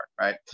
right